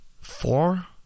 four